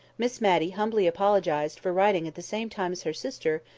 miss matty humbly apologised for writing at the same time her sister,